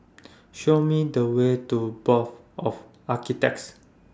Show Me The Way to Board of Architects